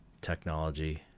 technology